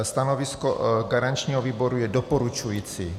Stanovisko garančního výboru je doporučující.